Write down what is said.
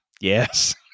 Yes